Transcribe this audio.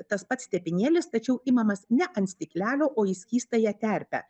tas pats tepinėlis tačiau imamas ne ant stiklelio o į skystąją terpę